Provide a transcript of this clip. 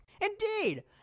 Indeed